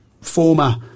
former